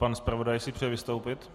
Pan zpravodaj si přeje vystoupit?